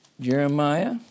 Jeremiah